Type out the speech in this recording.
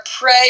pray